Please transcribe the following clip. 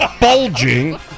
bulging